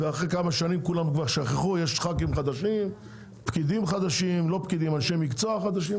ואחרי כמה שנים כולם כבר שכחו; יש ח"כים חדשים ואנשי מקצוע חדשים.